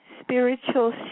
spiritual